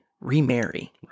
remarry